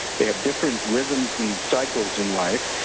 they have different rhythms and cycles in life.